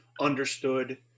understood